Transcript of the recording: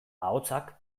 ahotsak